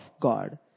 God